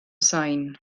sain